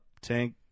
Tank